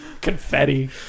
confetti